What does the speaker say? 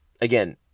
again